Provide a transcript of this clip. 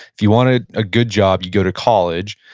if you wanted a good job, you go to college,